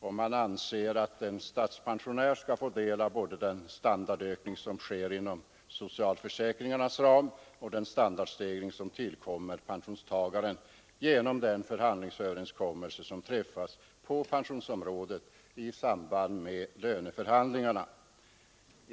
Anser han att en statspensionär skall få del av både den standardökning som sker inom 81 socialförsäkringarnas ram och den standardstegring som tillkommer pensionstagaren genom en förhandlingsöverenskommelse som träffas på pensionsområdet i samband med löneförhandlingarna?